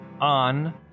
on